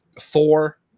Thor